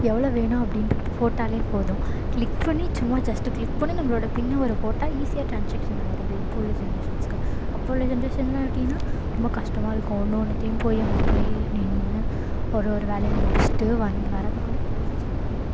எவ்வளோ வேணும் அப்படின்றது ஃபோட்டாலே போதும் க்ளிக் பண்ணி சும்மா ஜஸ்ட்டு க்ளிக் பண்ணி நம்மளோட பின் நம்பரை போட்டால் ஈஸியாக ட்ரான்ஷாக்ஷன் ஆகிருது இப்போ உள்ள ஜென்ரேஷன்ஸ்சுக்கு அப்போ உள்ள ஜென்ரேஷனெல்லாம் எப்படினா ரொம்ப கஷ்டமாக இருக்கும் ஒன்று ஒன்றுத்தையும் போய் அங்கே போய் நின்று ஒரு ஒரு வேலையும் முடிச்சுட்டு வந்து வர்றதுக்குள்ளே போதும் போதும்னு ஆகிரும்